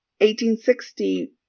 1860